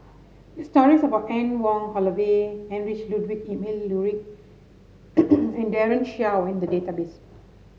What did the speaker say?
there are stories about Anne Wong Holloway Heinrich Ludwig Emil Luering and Daren Shiau in the database